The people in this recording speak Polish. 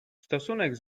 stosunek